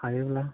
हायोब्ला